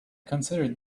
considered